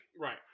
Right